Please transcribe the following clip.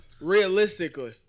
Realistically